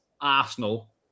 Arsenal